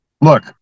Look